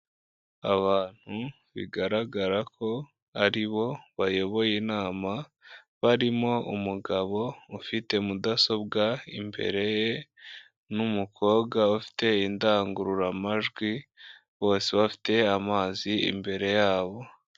Abantu bigaragara ko ari bo bayoboye inama, barimo umugabo ufite mudasobwa imbere ye, n'umukobwa ufite indangururamajwi, bose bafite amazi imbere yabo.